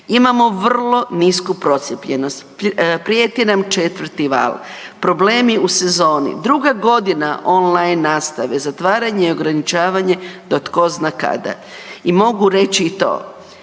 Imamo vrlo nisku procijepljenost. Prijeti nam 4. val. Problemi u sezoni. Druga godina online nastave, zatvaranje i ograničavanje do tko zna kada. I mogu reći i to,